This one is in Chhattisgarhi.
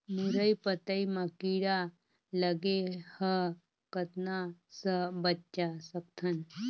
मुरई पतई म कीड़ा लगे ह कतना स बचा सकथन?